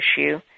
issue